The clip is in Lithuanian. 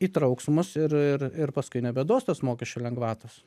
įtrauks mus ir ir ir paskui nebeduos tos mokesčių lengvatos